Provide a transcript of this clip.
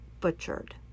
butchered